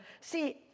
See